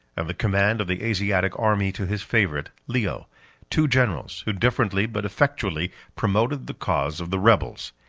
and the command of the asiatic army to his favorite, leo two generals, who differently, but effectually, promoted the cause of the rebels.